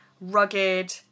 rugged